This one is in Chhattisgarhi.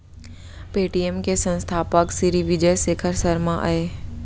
पेटीएम के संस्थापक सिरी विजय शेखर शर्मा अय